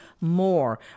more